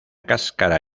cáscara